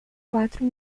quatro